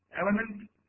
element